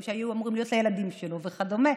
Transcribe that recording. שהיו אמורים להיות לילדים שלו וכדומה.